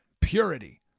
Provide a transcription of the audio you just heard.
purity